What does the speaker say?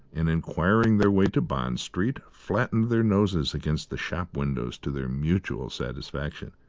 and, inquiring their way to bond street, flattened their noses against the shop windows to their mutual satisfaction.